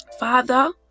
Father